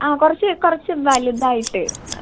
ആ കുറച്ച് കുറച്ച് വലുതായിട്ട് എന്നാൽ